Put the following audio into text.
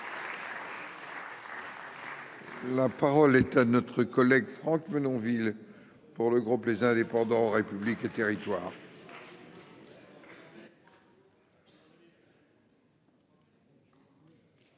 La parole est à notre collègue Franck Menonville pour le groupe, les indépendants républiques et territoires.